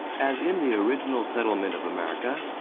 as in the original settlement of america,